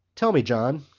tell me, john,